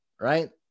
Right